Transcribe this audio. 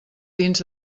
dins